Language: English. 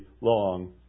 long